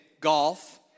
golf